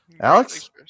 Alex